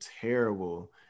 terrible